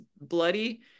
bloody